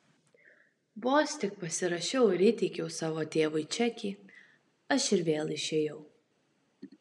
vos tik pasirašiau ir įteikiau savo tėvui čekį aš ir vėl išėjau